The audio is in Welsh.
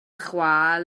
chwâl